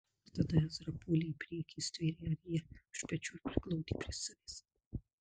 ir tada ezra puolė į priekį stvėrė ariją už pečių ir priglaudė prie savęs